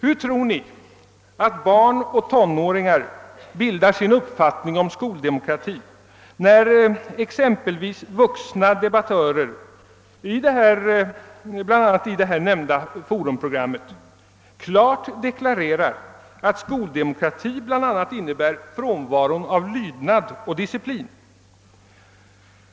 Hur tror ni att barn och tonåringar bildar sig en uppfattning om skoldemokrati när vuxna debattörer — t.ex. i det nämnda Forumprogrammet — klart deklarerar att skoldemokrati bl.a. innebär frånvaro av lydnad och disciplin?